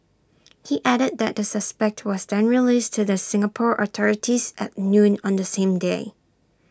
he added that the suspect was then released to the Singapore authorities at noon on the same day